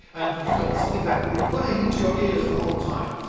and you've got something to be playing into your ears the whole time.